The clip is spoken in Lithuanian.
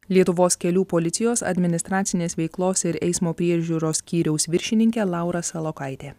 lietuvos kelių policijos administracinės veiklos ir eismo priežiūros skyriaus viršininkė laura salokaitė